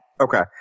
Okay